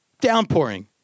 downpouring